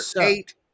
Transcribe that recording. eight